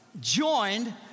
joined